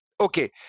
Okay